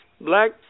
black